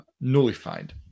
Nullified